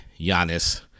Giannis